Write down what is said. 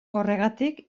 horregatik